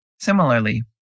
Similarly